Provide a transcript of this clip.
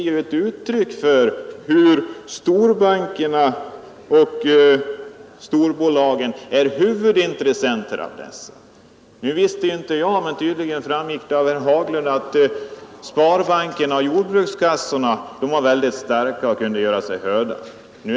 Ja, det är ju storbankerna och storbolagen som är huvudintressenter i detta. Herr Haglund framhöll att — vilket jag inte kände till — sparbankerna och jordbrukskassorna är mycket starka och kan göra sig gällande i detta sammanhang.